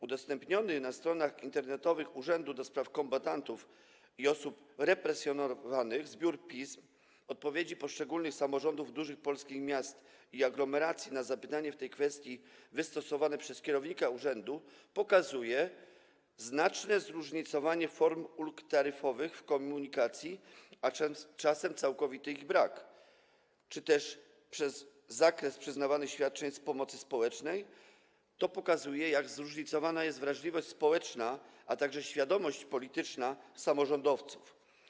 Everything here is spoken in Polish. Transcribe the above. Udostępniony na stronach internetowych Urzędu do Spraw Kombatantów i Osób Represjonowanych zbiór pism - odpowiedzi poszczególnych samorządów dużych polskich miast i aglomeracji na zapytanie w tej kwestii wystosowane przez kierownika urzędu - pokazuje poprzez znaczne zróżnicowanie form ulg taryfowych w komunikacji, a czasem całkowity ich brak, czy też przez zakres przyznawanych świadczeń z pomocy społecznej, jak zróżnicowana jest wrażliwość społeczna, a także świadomość polityczna samorządowców.